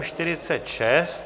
46.